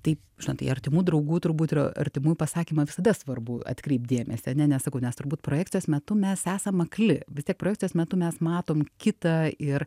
tai žinot į artimų draugų turbūt ir artimųjų pasakymą visada svarbu atkreipt dėmesį ane nes sakau mes turbūt projekcijos metu mes esam akli vis tiek projekcijos metu mes matom kitą ir